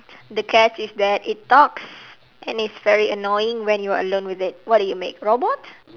the catch is that it talks and it's very annoying when you're alone with it what do you make robot